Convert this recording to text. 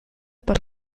per